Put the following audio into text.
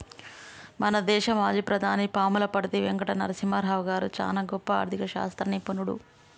మన దేశ మాజీ ప్రధాని పాములపర్తి వెంకట నరసింహారావు గారు చానా గొప్ప ఆర్ధిక శాస్త్ర నిపుణుడు